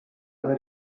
alle